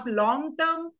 long-term